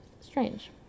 strange